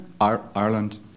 ireland